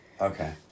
Okay